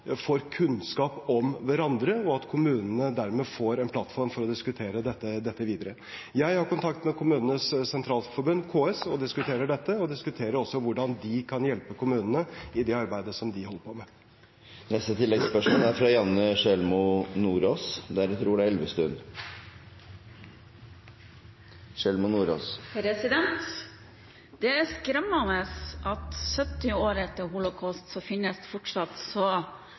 får kunnskap om hverandre, og at kommunene dermed får en plattform for å diskutere dette videre. Jeg har kontakt med KS og diskuterer dette, og vi diskuterer også hvordan de kan hjelpe kommunene i det arbeidet som de holder på med. Janne Sjelmo Nordås – til oppfølgingsspørsmål. Det er skremmende at det 70 år etter Holocaust fortsatt finnes så harde fronter og så